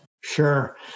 Sure